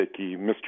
Mr